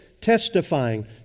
testifying